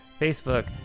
Facebook